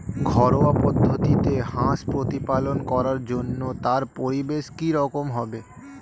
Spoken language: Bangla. ঘরোয়া পদ্ধতিতে হাঁস প্রতিপালন করার জন্য তার পরিবেশ কী রকম হবে?